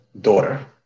daughter